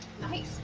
Nice